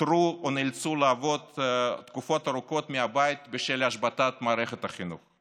פוטרו או נאלצו לעבוד תקופות ארוכות מהבית בשל השבתת מערכת החינוך.